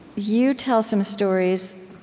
you tell some stories,